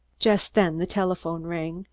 just then the telephone rang.